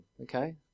okay